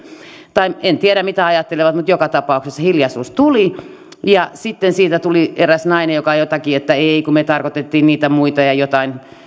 tai en tiedä mitä ajattelivat mutta joka tapauksessa hiljaisuus tuli sitten tuli eräs nainen joka sanoi jotakin että ei ei kun me tarkoitettiin niitä muita ja jotain